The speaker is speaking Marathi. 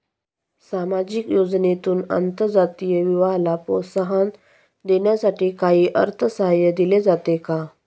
सामाजिक योजनेतून आंतरजातीय विवाहाला प्रोत्साहन देण्यासाठी काही अर्थसहाय्य दिले जाते का?